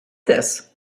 this